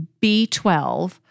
B12